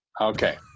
Okay